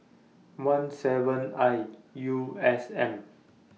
one seven I U S N